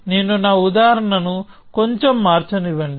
నేను నా ఉదాహరణను కొంచెం మార్చనివ్వండి